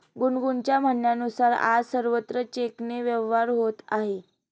गुनगुनच्या म्हणण्यानुसार, आज सर्वत्र चेकने व्यवहार होत आहे